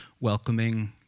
welcoming